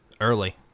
Early